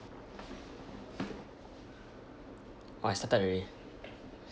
oh I started already